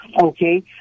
Okay